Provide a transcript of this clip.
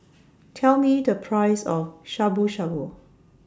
Tell Me The Price of Shabu Shabu